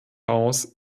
aus